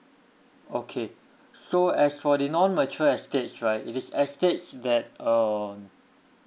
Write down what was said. okay so as for the non mature estates right it is estate that um